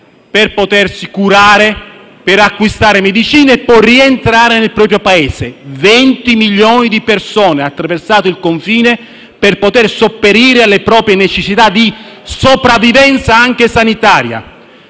per potersi nutrire, curare, acquistare medicine e poi rientrare nel proprio Paese. Ripeto, venti milioni di persone hanno attraversato il confine per poter sopperire alle proprie necessità di sopravvivenza, anche sanitaria.